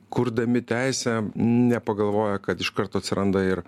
kurdami teisę nepagalvoja kad iš karto atsiranda ir